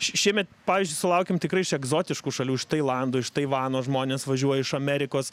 ši šiemet pavyzdžiui sulaukėm tikrai iš egzotiškų šalių iš tailando iš taivano žmonės važiuoja iš amerikos